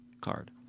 card